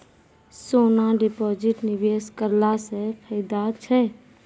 सोना deposit निवेश करला से फैदा छै?